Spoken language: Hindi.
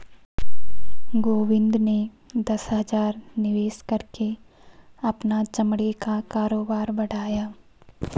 गोविंद ने दस हजार निवेश करके अपना चमड़े का कारोबार बढ़ाया